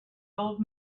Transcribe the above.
old